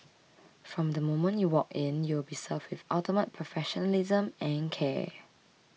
from the moment you walk in you will be served with ultimate professionalism and care